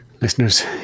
listeners